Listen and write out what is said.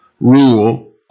rule